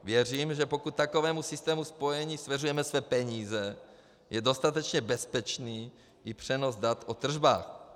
Věřím, že pokud takovému systému spojení svěřujeme své peníze, je dostatečně bezpečný i přenos dat o tržbách.